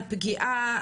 על פגיעה,